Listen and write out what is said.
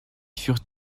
furent